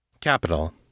Capital